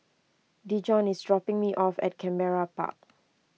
Dejon is dropping me off at Canberra Park